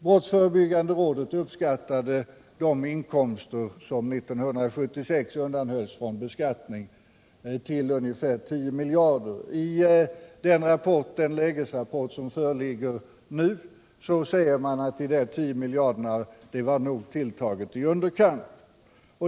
Brottsförebyggande rådet uppskattade de inkomster som 1976 undanhölls från beskattning till ungefär 10 miljarder kronor. I den lägesrapport som nu föreligger säger man att det beloppet nog var tilltaget i underkant.